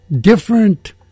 different